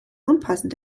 unpassend